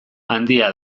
handia